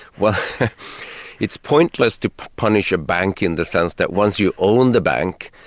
well it's pointless to punish a bank, in the sense that once you own the bank,